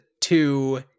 two